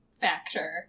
factor